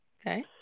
Okay